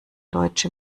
deutsche